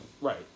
Right